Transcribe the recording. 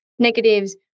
negatives